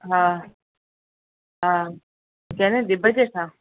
हा हा याने ॼिभ जे हेठां